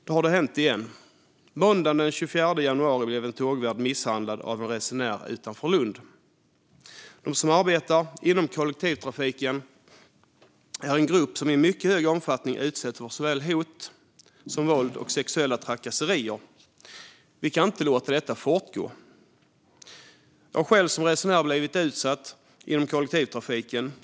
Då har det hänt igen. Måndagen den 24 januari blev en tågvärd misshandlad av en resenär utanför Lund. De som arbetar inom kollektivtrafiken är en grupp som i mycket hög omfattning utsätts för såväl hot som våld och sexuella trakasserier. Vi kan inte låta detta fortgå! Jag har själv som resenär blivit utsatt för hot inom kollektivtrafiken.